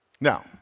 Now